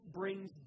brings